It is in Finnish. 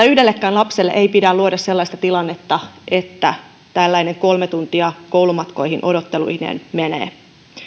yhdellekään lapselle ei pidä luoda sellaista tilannetta että koulumatkoihin menee kolme tuntia odotteluineen paitsi